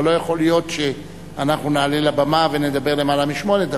אבל לא יכול להיות שאנחנו נעלה לבמה ונדבר למעלה משמונה דקות.